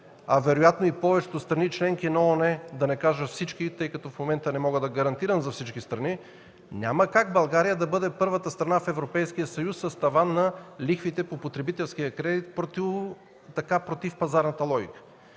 а вероятно и сред повечето страни – членки на ООН, да не кажа всички, тъй като в момента не мога да гарантирам за всички страни... Няма как България да бъде първата страна в Европейския съюз с таван на лихвите по потребителския кредит против пазарната логика.